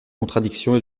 contradictions